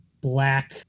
black